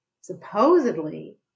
supposedly